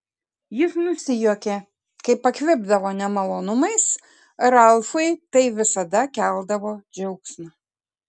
jis nusijuokė kai pakvipdavo nemalonumais ralfui tai visada keldavo džiaugsmą